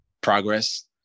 progress